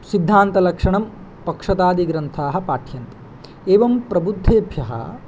सिद्धान्तलक्षणं पक्षतादिग्रन्थाः पाठ्यन्ते एवं प्रबुद्धेभ्यः